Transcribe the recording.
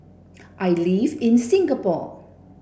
I live in Singapore